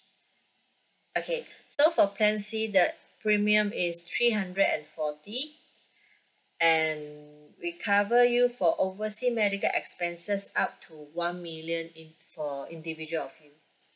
okay so for plan C the premium is three hundred and forty and we cover you for oversea medical expenses up to one million in~ for individual of you